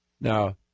Now